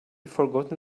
forgotten